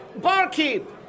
Barkeep